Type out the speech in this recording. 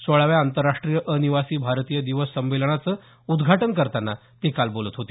सोळाव्या आंतरराष्ट्रीय अनिवासी भारतीय दिवस संमेलनाचं उदघाटन करताना ते काल बोलत होते